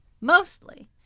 mostly